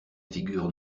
figure